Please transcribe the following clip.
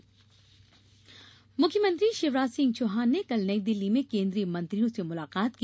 मंत्रियों से भेंट मुख्यमंत्री शिवराज सिंह चौहान ने कल नईदिल्ली में केन्द्रीय मंत्रियों से मुलाकात की